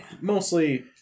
Mostly